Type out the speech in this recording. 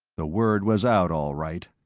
the word was out all right.